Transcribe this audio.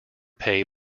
pay